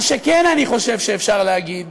מה שאני כן חושב שאפשר להגיד,